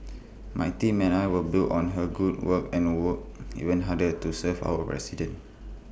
my team and I will build on her good work and work even harder to serve our residents